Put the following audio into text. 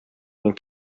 ning